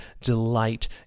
Delight